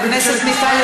בממשלת ישראל,